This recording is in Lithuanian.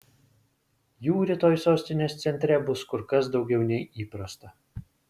jų rytoj sostinės centre bus kur kas daugiau nei įprasta